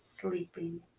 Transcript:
sleeping